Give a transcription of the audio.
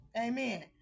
Amen